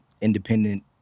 independent